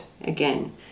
again